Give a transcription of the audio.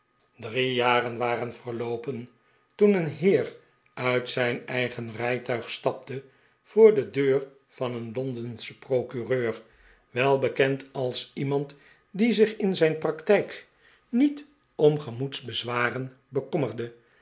drie jaren waren verloopen toen een heer uit zijn eigen rijtuig stapte voor de deux van een londenschen procureur wel bekend als iemand die zich in zijn practijk niet om gemoedsbezwaren bekommerde